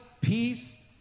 peace